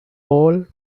all